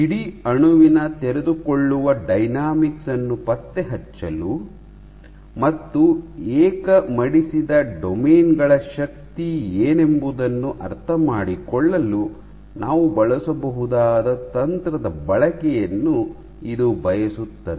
ಇಡೀ ಅಣುವಿನ ತೆರೆದುಕೊಳ್ಳುವ ಡೈನಾಮಿಕ್ಸ್ ಅನ್ನು ಪತ್ತೆಹಚ್ಚಲು ಮತ್ತು ಏಕ ಮಡಿಸಿದ ಡೊಮೇನ್ ಗಳ ಶಕ್ತಿ ಏನೆಂಬುದನ್ನು ಅರ್ಥಮಾಡಿಕೊಳ್ಳಲು ನಾವು ಬಳಸಬಹುದಾದ ತಂತ್ರದ ಬಳಕೆಯನ್ನು ಇದು ಬಯಸುತ್ತದೆ